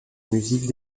musique